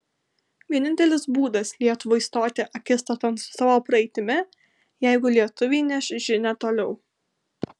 vienintelis būdas lietuvai stoti akistaton su savo praeitimi jeigu lietuviai neš žinią toliau